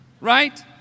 Right